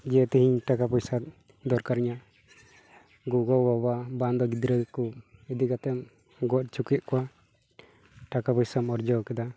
ᱡᱮ ᱛᱮᱦᱮᱧ ᱴᱟᱠᱟ ᱯᱚᱭᱥᱟ ᱫᱚᱨᱠᱟᱨᱤᱧᱟᱹ ᱜᱚᱜᱚ ᱵᱟᱵᱟ ᱵᱟᱝ ᱫᱚ ᱜᱤᱫᱽᱨᱟᱹ ᱠᱚ ᱤᱫᱤ ᱠᱟᱛᱮᱢ ᱜᱚᱡ ᱦᱚᱪᱚᱠᱮᱫ ᱠᱚᱣᱟ ᱴᱟᱠᱟ ᱯᱚᱭᱥᱟᱢ ᱟᱨᱡᱟᱣ ᱠᱮᱫᱟ